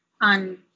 on